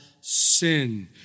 sin